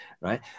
right